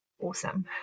awesome